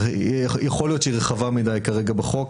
יכול להיות שהיא רחבה מידי כרגע בחוק,